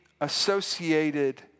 associated